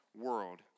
world